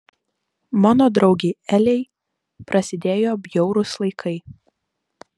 mano draugei elei prasidėjo bjaurūs laikai